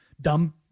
Dumb